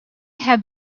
have